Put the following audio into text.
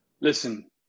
Listen